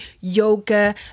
yoga